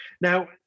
Now